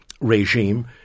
regime